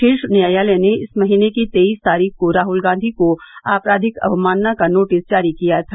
शीर्ष न्यायालय ने इस महीने की तेईस तारीख को राहल गांधी को आपराधिक अवमानना का नोटिस जारी किया था